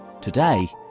Today